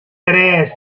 tres